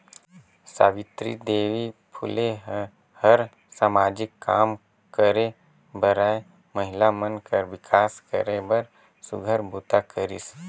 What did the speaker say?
सावित्री देवी फूले ह हर सामाजिक काम करे बरए महिला मन कर विकास करे बर सुग्घर बूता करिस